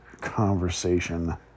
conversation